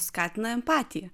skatina empatiją